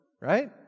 right